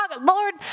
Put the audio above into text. Lord